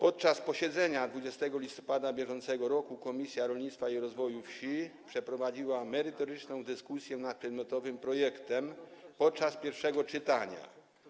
Podczas posiedzenia 20 listopada br. Komisja Rolnictwa i Rozwoju Wsi przeprowadziła merytoryczną dyskusję nad przedmiotowym projektem podczas pierwszego czytania.